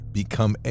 become